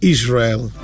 Israel